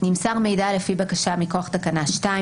נמסר מידע לפי בקשה מכוח תקנה 2,